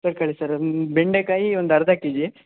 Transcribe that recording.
ತರಕಾರಿ ಸರ್ ಬೆಂಡೆಕಾಯಿ ಒಂದು ಅರ್ಧ ಕೆ ಜಿ